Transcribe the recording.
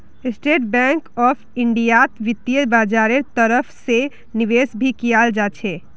state bank of इन्डियात वित्तीय बाजारेर तरफ से निवेश भी कियाल जा छे